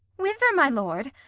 whither, my lord?